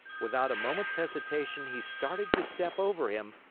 without a moment's hesitation, he started to step over him,